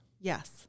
Yes